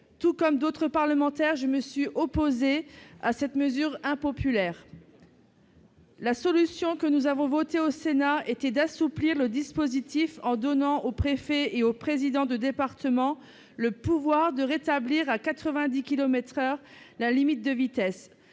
Tout comme d'autres parlementaires, je me suis opposée à cette mesure impopulaire. La solution que nous avons adoptée au Sénat consiste à assouplir le dispositif en donnant aux préfets et aux présidents de département le pouvoir de rétablir la limitation de vitesse